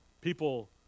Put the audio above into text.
People